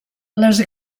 les